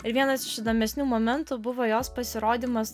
ir vienas iš įdomesnių momentų buvo jos pasirodymas